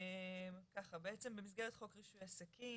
ככה בעצם במסגרת חוק רישוי עסקים,